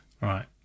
Right